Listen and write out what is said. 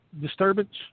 disturbance